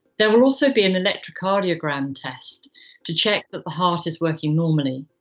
there will also be an electrocardiogram test to check that the heart is working normally.